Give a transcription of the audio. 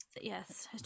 Yes